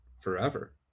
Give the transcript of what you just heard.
forever